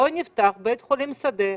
בואו נפתח בית חולים שדה.